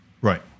Right